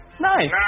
Nice